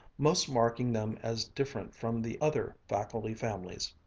most marking them as different from the other faculty families.